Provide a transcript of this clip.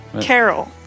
Carol